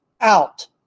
out